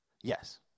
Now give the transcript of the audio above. Yes